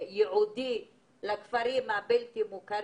והייעודי לכפרים הבלתי מוכרים?